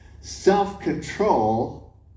self-control